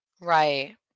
right